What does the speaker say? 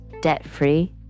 debt-free